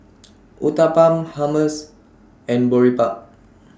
Uthapam Hummus and Boribap